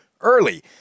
early